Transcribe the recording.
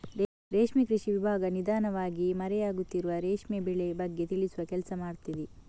ರೇಷ್ಮೆ ಕೃಷಿ ವಿಭಾಗ ನಿಧಾನವಾಗಿ ಮರೆ ಆಗುತ್ತಿರುವ ರೇಷ್ಮೆ ಬೆಳೆ ಬಗ್ಗೆ ತಿಳಿಸುವ ಕೆಲ್ಸ ಮಾಡ್ತಿದೆ